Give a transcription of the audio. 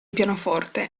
pianoforte